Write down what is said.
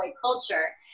culture